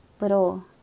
little